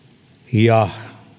ja